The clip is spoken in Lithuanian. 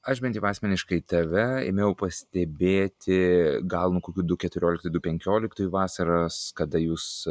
aš bent jau asmeniškai tave ėmiau pastebėti gal nuo kokių du keturioliktų du penkioliktųjų vasaros kada jūs